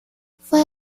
fue